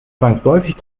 zwangsläufig